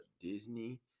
Disney